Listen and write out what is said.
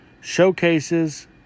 showcases